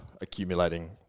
accumulating